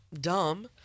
dumb